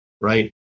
Right